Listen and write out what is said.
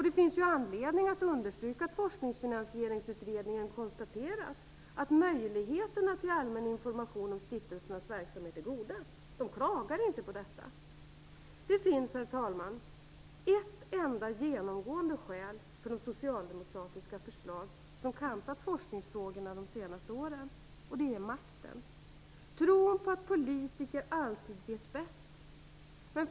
Det finns anledning att understryka att Forskningsfinansieringsutredningen konstaterat att möjligheterna till allmän information om stiftelsernas verksamhet är goda. Man klagar inte på detta. Det finns, herr talman, ett enda genomgående skäl för de socialdemokratiska förslag som kantat forskningsfrågorna de senaste åren. Det är makten och tron på att politiker alltid vet bäst.